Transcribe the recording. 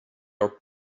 are